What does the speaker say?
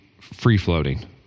free-floating